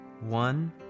One